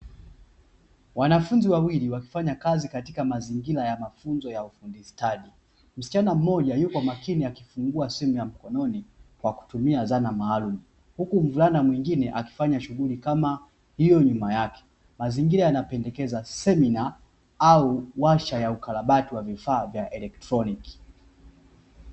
Wanafunzi wawili wakifanya kazi katika mazingira ya mafunzo ya ufundi stadi. Msichana mmoja yupo makini akifungua simu ya mkononi kwa kutumia dhana maalumu, huku mvulana mwingine akifanya shughuli kama hiyo nyuma yake. Mazingira yanapendekeza semina au uasha wa ukarabati wa vifaa vya kielektroniki.